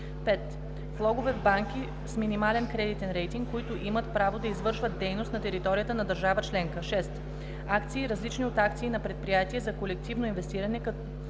5. влогове в банки с минимален кредитен рейтинг, които имат право да извършват дейност на територията на държава членка; 6. акции, различни от акции на предприятие за колективно инвестиране,